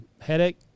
headache